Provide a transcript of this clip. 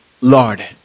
Lord